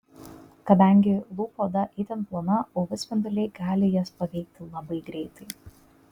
kadangi lūpų oda itin plona uv spinduliai gali jas paveikti labai greitai